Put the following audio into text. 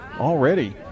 Already